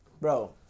Bro